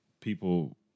people